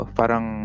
parang